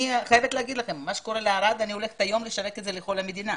מה שקורה בערד היום אני הולכת לשווק את זה לכל המדינה.